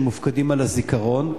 שמופקדים על הזיכרון,